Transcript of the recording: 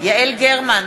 יעל גרמן,